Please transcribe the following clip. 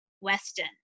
Weston